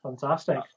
Fantastic